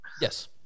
Yes